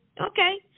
Okay